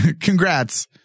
Congrats